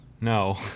No